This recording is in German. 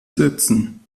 sitzen